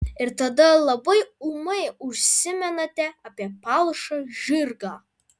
ir tada labai ūmai užsimenate apie palšą žirgą